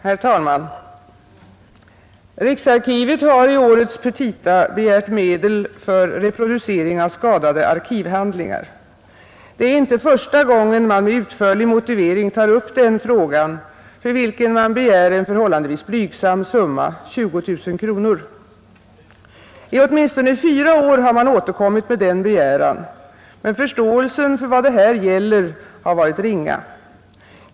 Herr talman! Riksarkivet har i årets petita begärt medel för reproducering av skadade arkivhandlingar. Det är inte första gången man med utförlig motivering tar upp den frågan, för vilken man begär en förhållandevis blygsam summa, 20 000 kronor. I åtminstone fyra år har man återkommit med denna begäran, men förståelsen för vad det här gäller har varit ringa.